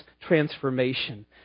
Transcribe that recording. transformation